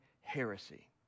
heresy